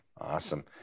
awesome